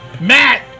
Matt